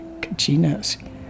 kachinas